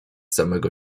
samego